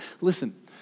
Listen